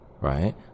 right